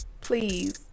Please